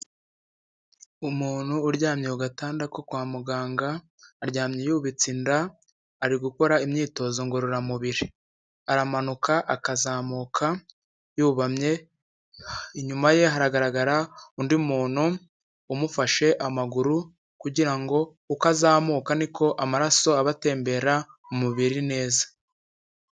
Umuntu uryamyeyo ku gatanda ko kwa muganga, aryamye yubitse inda ari gukora imyitozo ngororamubiri aramanuka akazamuka yubamye, inyuma ye haragaragara undi muntu umufashe amaguru kugira ngo uko azamuka niko amaraso aba atembera umubiri neza.